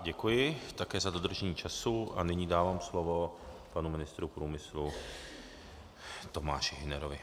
Děkuji také za dodržení času a nyní dávám slovo panu ministru průmyslu Tomáši Hünerovi.